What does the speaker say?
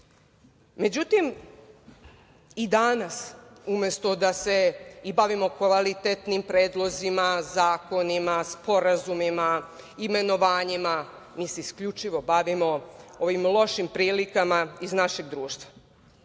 i danas, umesto da se bavimo kvalitetnim predlozima, zakonima, sporazumima, imenovanjima, mi se isključivo bavimo ovim lošim prilikama iz našeg društva.